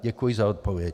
Děkuji za odpověď.